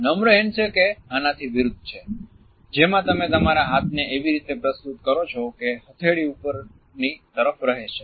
નમ્ર હેન્ડશેક એ આનાથી વિરુદ્ધ છે જેમાં તમે તમારા હાથને એવી રીતે પ્રસ્તુત કરો છો કે હથેળી ઉપરની તરફ રહે છે